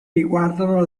riguardano